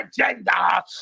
agenda